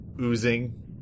oozing